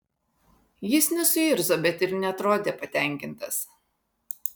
jis nesuirzo bet ir neatrodė patenkintas